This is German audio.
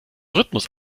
rhythmus